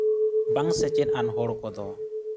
ᱵᱟᱝ ᱥᱮᱪᱮᱫ ᱟᱱ ᱦᱚᱲ ᱠᱚᱫᱚ